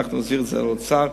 אנחנו נחזיר אותו לאוצר.